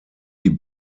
die